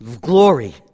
glory